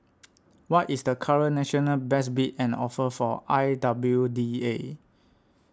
what is the current national best bid and offer for I W D A